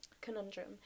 conundrum